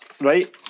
Right